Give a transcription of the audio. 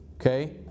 Okay